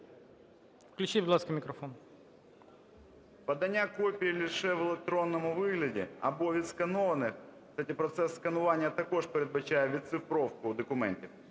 Подання копій лише в електронному вигляді або відсканованих, кстати, процес сканування також передбачає відцифровку документів,